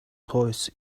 toys